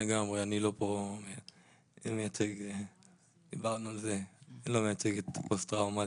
לגמרי, אני לא מייצג את הפוסט טראומטיים.